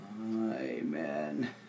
Amen